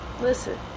listen